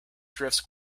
drifts